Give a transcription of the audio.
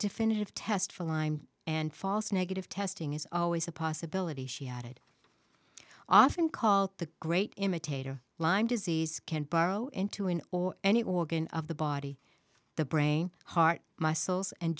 definitive test for lyme and false negative testing is always a possibility she had often called the great imitator lyme disease can borrow into an or any organ of the body the brain heart muscles and